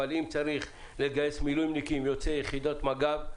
אבל אם צריך לגייס מילואימניקים יוצאי יחידת מג"ב,